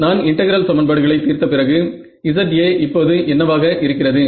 நான் இன்டெகிரல் சமன்பாடுகளை தீர்த்த பிறகு Za இப்போது என்னவாக இருக்கிறது